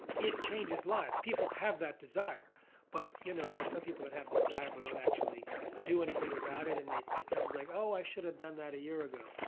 it changes lives. people have that desire but you know there's some so people that have the desire but don't actually do anything about it and they become like, oh, i should've done that a year ago.